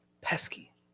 pesky